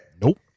Nope